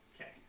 Okay